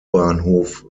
bahnhof